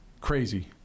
crazy